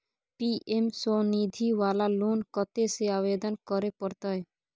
PM Svanidhi वाला loan कत्ते से आवेदन करे परतै?